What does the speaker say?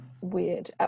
weird